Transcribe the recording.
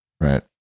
Right